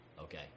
Okay